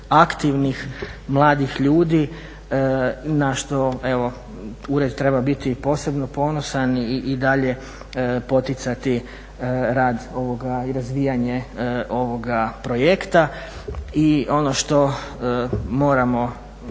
aktivnih mladih ljudi na što evo ured treba biti posebno ponosan i dalje poticati rad ovoga i razvijanje ovoga projekta. I ono što moramo